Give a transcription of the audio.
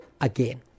again